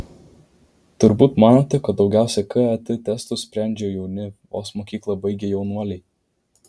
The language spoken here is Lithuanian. turbūt manote kad daugiausiai ket testus sprendžia jauni vos mokyklą baigę jaunuoliai